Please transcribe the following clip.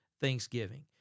Thanksgiving